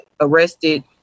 arrested